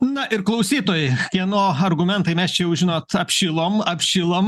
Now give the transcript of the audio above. na ir klausytojai kieno argumentai mes čia jau žinot apšilom apšilom